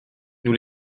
nous